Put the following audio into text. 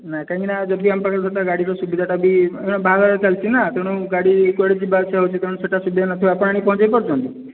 ନାଇଁ କାହିଁକି ନା ଯଦି ଆମ ପାଖରେ ଗୋଟେ ଗାଡ଼ି ର ସୁବିଧା ଟା ବି ବାହାଘର ଚାଲିଛି ନା ତେଣୁ ଗାଡ଼ି କୁଆଡ଼େ ଯିବା ଆସିବା ହେଉଛି ତେଣୁ ସେହିଟା ସୁବିଧା ନଥିବ ଆପଣ ଆଣିକି ପହଞ୍ଚାଇ ପାରୁଛନ୍ତି